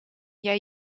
jij